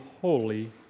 holy